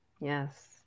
yes